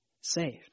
saved